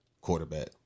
quarterback